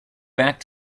back